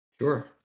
Sure